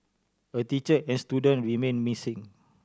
a teacher and student remain missing